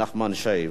בבקשה, אדוני.